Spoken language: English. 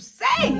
say